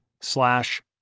slash